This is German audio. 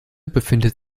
befindet